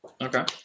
Okay